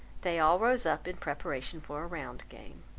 they all rose up in preparation for a round game.